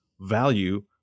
value